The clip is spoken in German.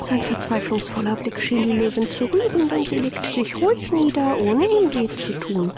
sein verzweiflungsvoller blick schien die löwin zu rühren denn sie legte sich ruhig nieder ohne ihm wehe zu thun